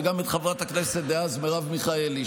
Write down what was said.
וגם את חברת הכנסת דאז מרב מיכאלי,